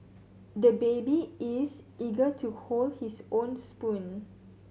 the baby is eager to hold his own spoon